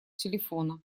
телефона